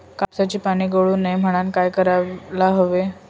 कापसाची पाने गळू नये म्हणून काय करायला हवे?